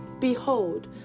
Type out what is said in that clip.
Behold